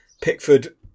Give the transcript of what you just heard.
Pickford